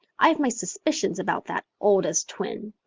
i have my suspicions about that oldest twin.